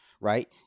right